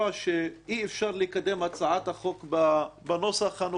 שאי-אפשר לקדם את הצעת החוק בנוסחה הנוכחי,